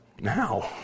now